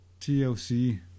TLC